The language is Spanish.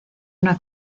una